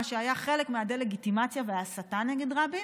מה שהיה חלק מהדה-לגיטימציה וההסתה נגד רבין,